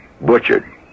butchered